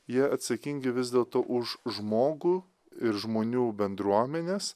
jie atsakingi vis dėlto už žmogų ir žmonių bendruomenes